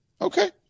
Okay